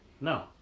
No